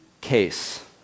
Case